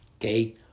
Okay